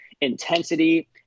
intensity